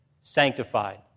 sanctified